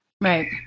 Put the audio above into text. right